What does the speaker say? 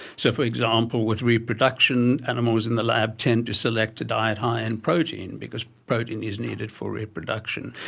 so, for example, with reproduction, animals in the lab tend to select a diet high in protein because protein is needed for reproduction.